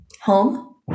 Home